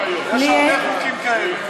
יש הרבה חוקים כאלה,